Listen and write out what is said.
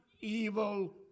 evil